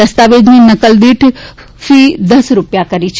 દસ્તાવેજની નકલ દીઠ ફી દસ રૂપિયા કરી છે